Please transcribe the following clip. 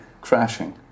crashing